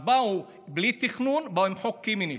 אז באו בלי תכנון, באו עם חוק קמיניץ,